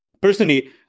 Personally